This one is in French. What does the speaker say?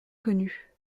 connue